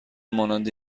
مانند